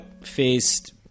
faced